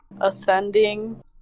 ascending